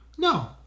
No